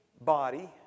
body